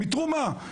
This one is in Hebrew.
מתרומה.